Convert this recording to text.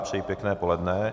Přeji pěkné poledne.